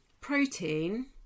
Protein